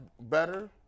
better